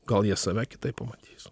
gal jie save kitaip pamatys